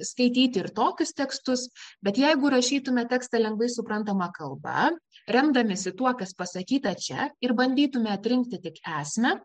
skaityti ir tokius tekstus bet jeigu rašytume tekstą lengvai suprantama kalba remdamiesi tuo kas pasakyta čia ir bandytume atrinkti tik esmę